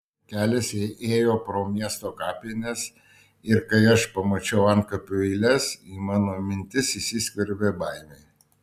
kelias ėjo pro miesto kapines ir kai aš pamačiau antkapių eiles į mano mintis įsiskverbė baimė